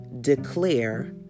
declare